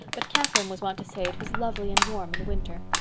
but catherine was wont to say it was lovely and warm in winter.